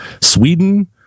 sweden